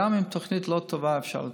גם תוכנית לא טובה אפשר לתקן.